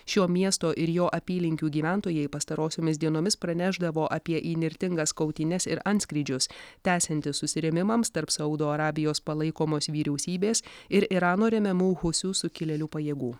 šio miesto ir jo apylinkių gyventojai pastarosiomis dienomis pranešdavo apie įnirtingas kautynes ir antskrydžius tęsiantis susirėmimams tarp saudo arabijos palaikomos vyriausybės ir irano remiamų husių sukilėlių pajėgų